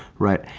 right?